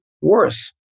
worse